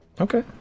Okay